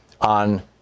on